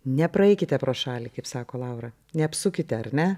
nepraeikite pro šalį kaip sako laura neapsukite ar ne